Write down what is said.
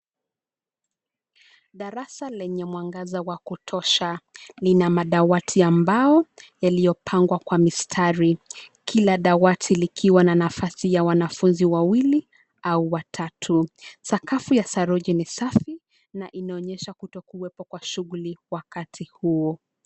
Darasa lenye mwangaza wa kutosha. Lina madawati ambao yaliyopangwa kwa mstari, kila dawati likiwa na nafasi ya wanafunzi wawili au watatu. Sakafu ya saruji ni safi, na inaonyesha kutokuwepo kwa shughuli wakati huo.